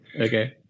Okay